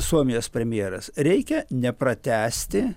suomijos premjeras reikia nepratęsti